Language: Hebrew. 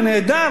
זה נהדר,